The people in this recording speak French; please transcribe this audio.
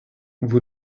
vous